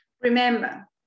Remember